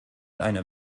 einer